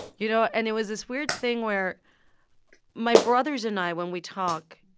you know? and it was this weird thing where my brothers and i, when we talk,